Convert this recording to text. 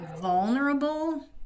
vulnerable